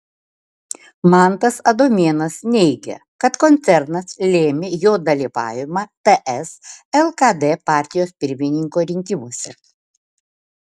mantas adomėnas neigia kad koncernas lėmė jo dalyvavimą ts lkd partijos pirmininko rinkimuose